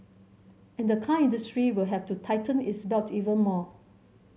and the car industry will have to tighten its belt even more